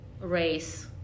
Race